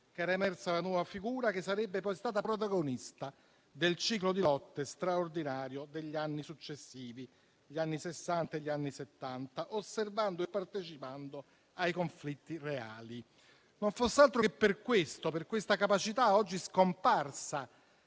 che era emersa la nuova figura che sarebbe poi stata protagonista del ciclo di lotte straordinario degli anni successivi (gli anni Sessanta e Settanta), osservando e partecipando ai conflitti reali. Non fosse altro che per questo, per questa capacità oggi scomparsa